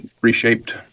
reshaped